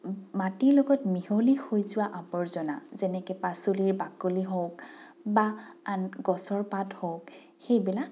মাটিৰ লগত মিহলি হৈ যোৱা আৱৰ্জনা যেনেকৈ পাচলিৰ বাকলি হওক বা আন গছৰ পাত হওক সেইবিলাক